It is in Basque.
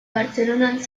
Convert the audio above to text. bartzelonan